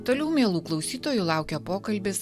toliau mielų klausytojų laukia pokalbis